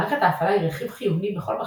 מערכת ההפעלה היא רכיב חיוני בכל מחשב,